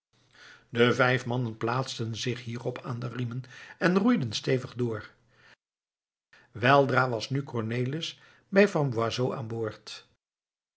de vijf mannen plaatsten zich hierop aan de riemen en roeiden stevig door weldra was nu cornelis bij van boisot aanboord